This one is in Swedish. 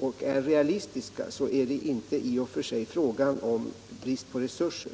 och realistiska så skulle det i och för sig inte vara fråga om brist på resurser.